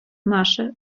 наше